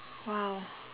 !wow!